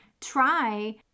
try